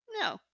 No